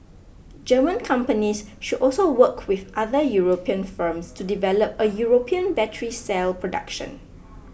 German companies should also work with other European firms to develop a European battery cell production